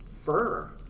fur